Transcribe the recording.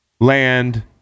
land